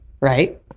right